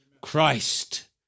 Christ